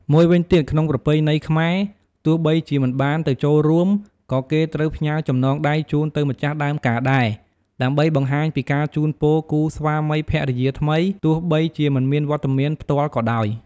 មួយវិញទៀត ក្នុងប្រពៃណីខ្មែរ ទោះបីជាមិនបានទៅចូលរួម ក៏គេត្រូវផ្ញើចំណងដៃជូនទៅម្ចាស់ដើមការដែរ ដើម្បីបង្ហាញពីការជូនពរគូស្វាមីភរិយាថ្មី ទោះបីជាមិនមានវត្តមានផ្ទាល់ក៏ដោយ។